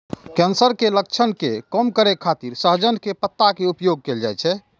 cancer के लक्षण के कम करै खातिर सहजन के पत्ता के उपयोग कैल जाइ छै